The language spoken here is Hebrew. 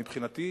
מבחינתי,